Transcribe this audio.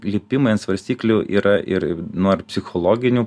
lipimai ant svarstyklių yra ir nuo ir psichologinių